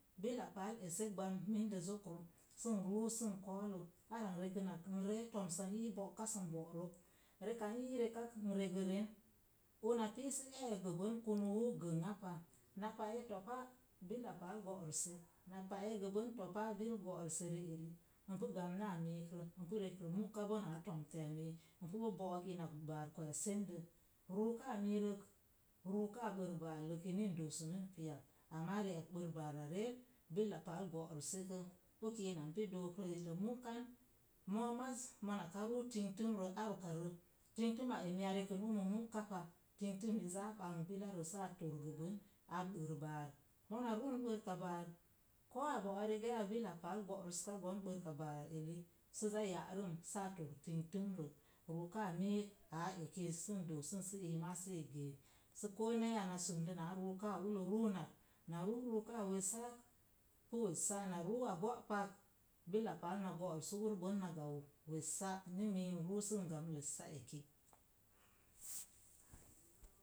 Billa paal esse gbam mində zokro sən ruu sən ko̱o̱lo ara n rekənak, n ree, to̱msa n ii bo̱'kas n bo̱'rə. Reka n ii rekak n regeren. Ona pii sə e̱ e kunuwi gənŋa pa. Na pa'e topa billa paal go'rəse, na pa'e gəbən topa bil go̱'rəse. Pii'eri n pu gamnaa miikrə, n pu rekrə mu ka boo noo to̱mteya wi. n pu bo̱o̱k ina baar kwe̱e̱səndə. Ruuka miirək, ruuka bərka baalək ni n doosənən pii ak. Ama ri'ak gə baara reel, billa paal go̱'rəsepu. Uki n pu do̱o̱krə gə mu'ka. Moo maz mona ka ruu ting tundə ar ukarə ting tuma emi umi a rekən mu'ka pa. Tingtummi zaa ɓamkp bilarə saa tor gəbən saa bərk baar. Koo a ruun bərka baar, koo a bo̱'rə rigaya billa paal go̱'rəska go̱n bərk baara rool sə za ra'rəm saa gəə tingtumrə. Ruukaa miik kaa eki sən doosən sə koo ne̱e̱ya na sumrə na ruuka ulo ruunak, na ruu ruukaa wessak, pu wessa, na ruu a go̱’ pak. Billa paal na go̱'rusu ur bən na gau wessa ni miigə n ruu sən gau wessa ak